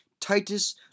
Titus